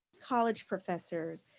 college professors,